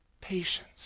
patience